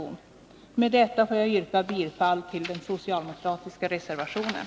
10 juni 1982 Med detta får jag yrka bifall till den socialdemokratiska reservationen.